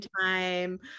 time